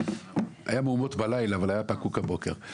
היו מהומות בלילה, אבל היה פקוק הבוקר.